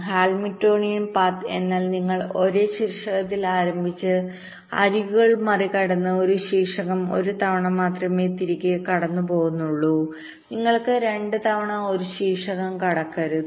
Hamiltonian path എന്നാൽ നിങ്ങൾ ഒരു ശീർഷകത്തിൽ ആരംഭിച്ച് അരികുകൾ മറികടന്ന് ഒരു ശീർഷകം ഒരു തവണ മാത്രമേ കടന്നുപോകുകയുള്ളൂ നിങ്ങൾ രണ്ട് തവണ ഒരു ശീർഷകം കടക്കരുത്